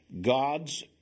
God's